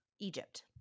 Egypt